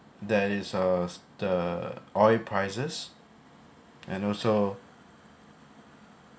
there is uh s~ the oil prices and also